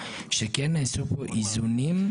שכן נעשו פה איזונים.